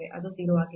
ಅದು 0 ಆಗಿತ್ತು